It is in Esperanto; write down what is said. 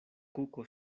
kuko